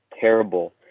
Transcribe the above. terrible